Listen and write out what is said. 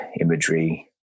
imagery